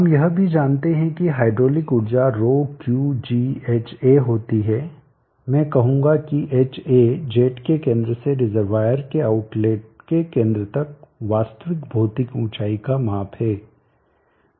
हम यह भी जानते हैं कि हाइड्रोलिक ऊर्जा ρQgHa होती है मैं कहूंगा कि Ha जेट के केंद्र से रिजर्वायर के आउटलेट के केंद्र तक वास्तविक भौतिक ऊंचाई का माप है